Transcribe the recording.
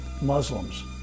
Muslims